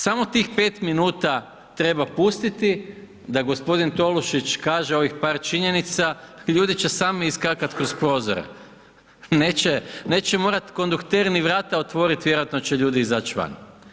Samo tih 5 minuta treba pustiti da gospodin Tolušić kaže ovih par činjenica, ljudi će sami iskakati kroz prozore, neće, neće morati kondukter ni vrata otvoriti, vjerojatno će ljudi izaći van.